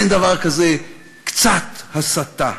אין דבר כזה קצת הסתה.